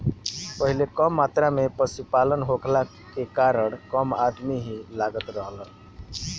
पहिले कम मात्रा में पशुपालन होखला के कारण कम अदमी ही लागत रहलन